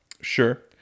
Sure